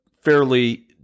fairly